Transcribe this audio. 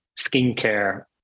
skincare